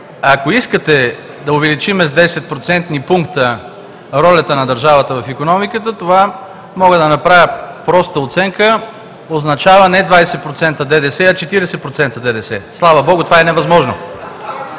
Ако искате да увеличим с 10 процентни пункта ролята на държавата в икономиката, това – мога да направя проста оценка – означава не 20% ДДС, а 40% ДДС. Слава богу, това е невъзможно.